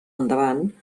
endavant